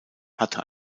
hatte